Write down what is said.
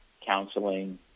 counseling